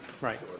right